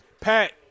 Pat